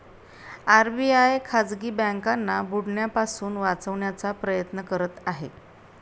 RBI खाजगी बँकांना बुडण्यापासून वाचवण्याचा प्रयत्न करत आहे